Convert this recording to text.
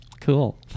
cool